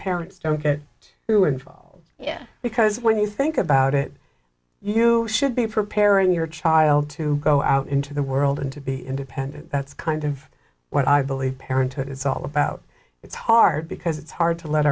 parents don't get you involved yeah because when you think about it you should be preparing your child to go out into the world and to be independent that's kind of what i believe parenthood is all about it's hard because it's hard to let